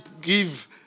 give